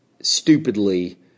stupidly